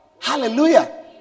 Hallelujah